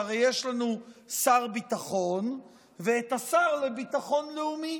שהרי יש לנו שר ביטחון ואת השר לביטחון לאומי.